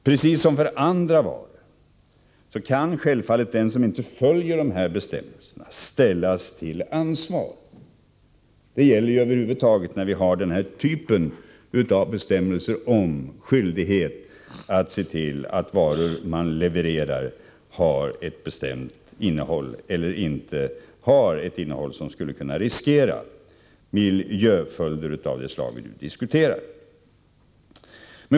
Precis som för andra varor kan självfallet den som inte följer dessa bestämmelser ställas till ansvar. Det gäller över huvud taget när vi har den här typen av bestämmelser om skyldighet att se till att varor man levererar har eller inte har ett bestämt innehåll som skulle kunna riskera miljöföljder av det slag vi nu diskuterar.